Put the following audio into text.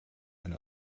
and